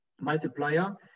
multiplier